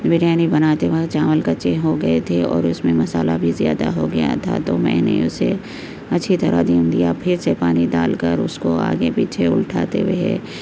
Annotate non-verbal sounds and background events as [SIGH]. بریانی بناتے وقت چاول کچے ہو گئے تھے اور اس میں مصالحہ بھی زیادہ ہو گیا تھا تو میں نے اسے اچھی طرح [UNINTELLIGIBLE] پھر سے پانی دال کر اس کو آگے پیچھے الٹاتے ہوئے